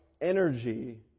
energy